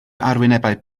arwynebau